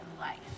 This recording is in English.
life